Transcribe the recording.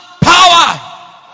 Power